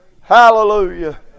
Hallelujah